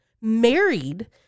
married